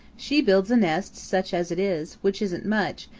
she builds a nest, such as it is, which isn't much,